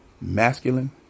masculine